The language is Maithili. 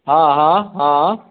हॅं हॅं हॅं